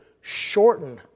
shorten